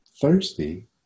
thirsty